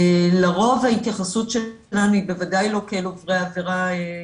לרוב ההתייחסות שלנו היא בוודאי לא כאל עוברי עבירה,